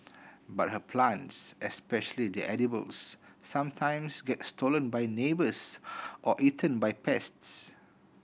but her plants especially the edibles sometimes get stolen by neighbours or eaten by pests